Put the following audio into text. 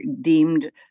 deemed